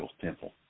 temple